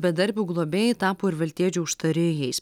bedarbių globėjai tapo ir veltėdžių užtarėjais